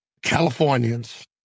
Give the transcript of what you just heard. Californians